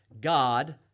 God